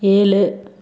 ஏழு